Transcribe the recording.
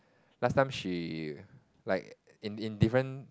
last time she like in in different